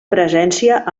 presència